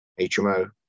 HMO